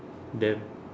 then